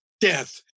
Death